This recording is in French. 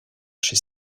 chez